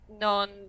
non